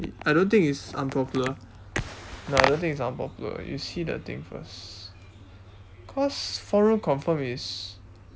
it I don't think it's unpopular no I don't think it's unpopular you see the thing first cause four room confirm is